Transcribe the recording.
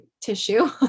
tissue